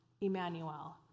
Emmanuel